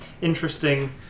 interesting